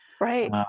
Right